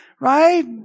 Right